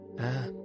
Ah